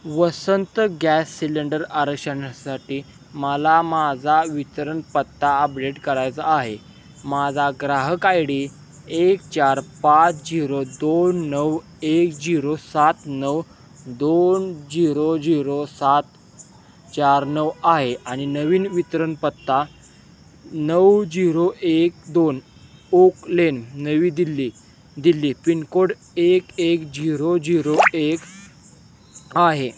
वसंत gas cylinder आरक्षणासाठी मला माझा वितरण पत्ता अपडेट करायचा आहे माझा ग्राहक आय डी एक चार पाच झिरो दोन नऊ एक झिरो सात नऊ दोन झिरो झिरो सात चार नऊ आहे आणि नवीन वितरण पत्ता नऊ झिरो एक दोन oak lane Navi Delhi Delhi pin code एक एक झिरो झिरो एक आहे